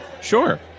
Sure